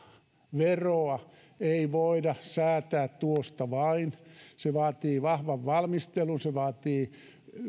veroa ei voida säätää tuosta vain se vaatii vahvan valmistelun se vaatii